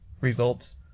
results